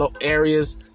areas